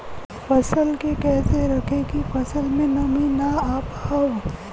फसल के कैसे रखे की फसल में नमी ना आवा पाव?